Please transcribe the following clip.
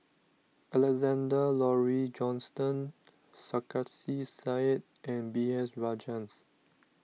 Alexander Laurie Johnston Sarkasi Said and B S Rajhans